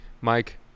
Mike